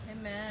Amen